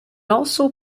also